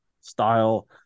style